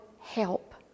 help